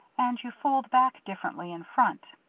and you fold back differently in front.